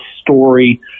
story